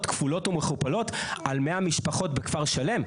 כפולות ומכופלות על 100 משפחות בכפר שלם.